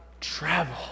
Travel